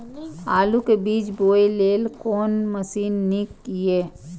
आलु के बीज बोय लेल कोन मशीन नीक ईय?